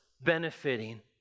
benefiting